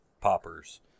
poppers